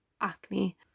acne